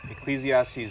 Ecclesiastes